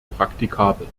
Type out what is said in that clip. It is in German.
praktikabel